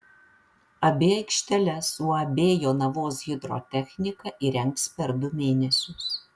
abi aikšteles uab jonavos hidrotechnika įrengs per du mėnesius